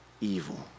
evil